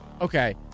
Okay